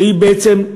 שהיא בעצם,